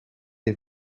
des